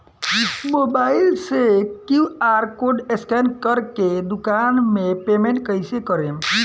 Mobile से QR code scan कर के दुकान मे पेमेंट कईसे करेम?